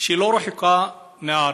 לא רחוק מהארץ.